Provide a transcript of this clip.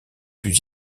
plus